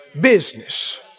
business